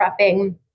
prepping